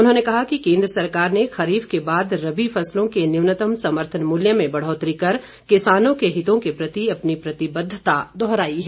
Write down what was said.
उन्होंने कहा कि केंद्र सरकार ने खरीफ के बाद रबी फसलों के न्यूनतम समर्थन मूल्य में बढ़ौतरी कर किसानों के हितों के प्रति अपनी प्रतिबद्धता दोहराई है